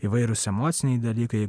įvairūs emociniai dalykai